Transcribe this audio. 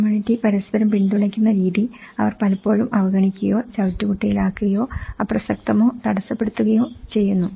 community പരസ്പരം പിന്തുണയ്ക്കുന്ന രീതി അവർ പലപ്പോഴും അവഗണിക്കുകയോ ചവറ്റുകുട്ടയിലാക്കുകയോ അപ്രസക്തമോ തടസ്സപ്പെടുത്തുകയോ ചെയ്യുന്നു